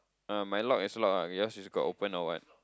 uh my lock is locked ah yours is got open or what